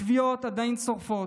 הכוויות עדיין שורפות,